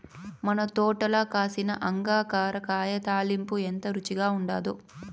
మన తోటల కాసిన అంగాకర కాయ తాలింపు ఎంత రుచిగా ఉండాదో